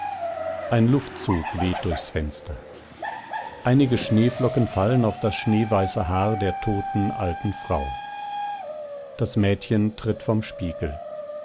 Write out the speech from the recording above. ein luftzug weht durchs fenster einige schneeflocken fallen auf das schneeweiße haar der toten alten frau das mädchen tritt vom spiegel